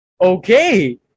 Okay